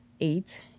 eight